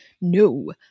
No